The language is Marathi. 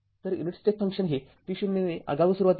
तर युनिट स्टेप फंक्शन हे t0 ने आगाऊ सुरुवातीचे आहे